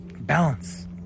Balance